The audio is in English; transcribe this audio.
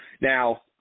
Now